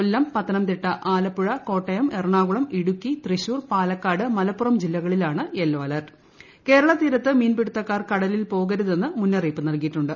കൊല്ലം പ്രപത്തനംതിട്ട ആലപ്പുഴ കോട്ടയം എറണാകുളം ഇടുക്കി തൃൃശ്ശൂർ പാലക്കാട് മലപ്പുറം ജില്ലകളിലാണ് യെല്ലോ മീൻപിടുത്തക്കാർ കടലിൽ പോകരുതെന്ന് മുന്നറിയിപ്പ് നൽകിയിട്ടുണ്ട്